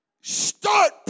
Start